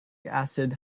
acid